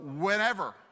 whenever